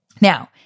Now